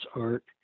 art